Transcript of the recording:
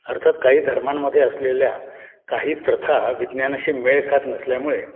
अर्थात काही धर्मांमध्ये असलेल्या काही प्रथा विज्ञानाशी मेळ खात नसल्यामुळे